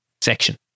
section